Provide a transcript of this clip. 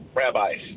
rabbis